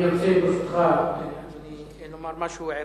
אדוני, ברשותך, אני רוצה לומר משהו ערכי.